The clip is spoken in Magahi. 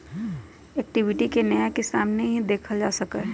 इक्विटी के न्याय के सामने ही देखल जा सका हई